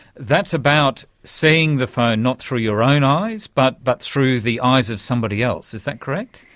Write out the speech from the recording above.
that's about seeing the phone not through your own eyes but but through the eyes of somebody else. is that correct?